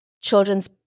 children's